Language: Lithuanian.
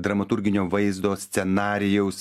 dramaturginio vaizdo scenarijaus